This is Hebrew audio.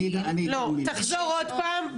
לא, תחזור עוד פעם.